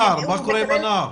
מה קורה עם הנער?